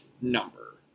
number